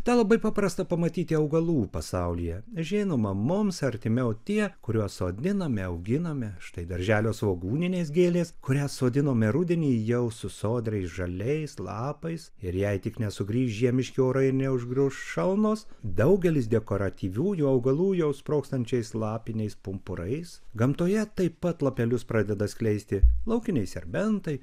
tą labai paprasta pamatyti augalų pasaulyje žinoma mums artimiau tie kuriuos sodiname auginame štai darželio svogūninės gėlės kurias sodinome rudenį jau su sodriai žaliais lapais ir jei tik nesugrįš žiemiški orai ir neužgrius šalnos daugelis dekoratyviųjų augalų jau sprogstančiais lapiniais pumpurais gamtoje taip pat lapelius pradeda skleisti laukiniai serbentai